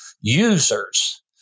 users